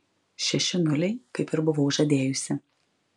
šeši nuliai kaip ir buvau žadėjusi